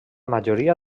majoria